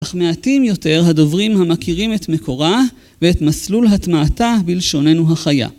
אך מעטים יותר הדוברים המכירים את מקורה ואת מסלול הטמעתה בלשוננו החיה.